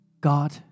God